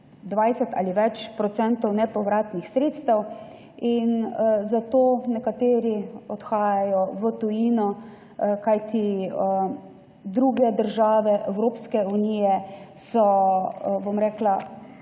20 ali več procentov nepovratnih sredstev, zato nekateri odhajajo v tujino, kajti druge države Evropske unije imajo boljše